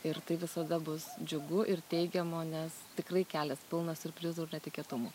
ir tai visada bus džiugu ir teigiamo nes tikrai kelias pilnas siurprizų ir netikėtumų